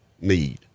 need